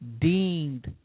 deemed